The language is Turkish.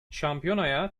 şampiyonaya